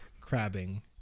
crabbing